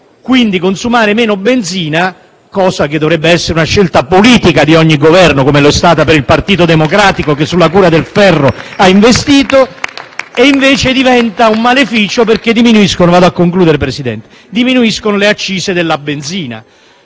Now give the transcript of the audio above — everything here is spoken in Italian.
quindi, consumare meno benzina - cosa che dovrebbe essere una scelta politica di ogni Governo, come lo è stata per il Partito Democratico, che sulla cura del ferro ha investito *(Applausi dal Gruppo PD)* - e, invece, diventa un maleficio perché diminuiscono le accise della benzina.